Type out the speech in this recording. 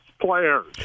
players